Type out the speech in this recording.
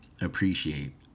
appreciate